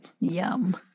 Yum